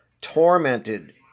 tormented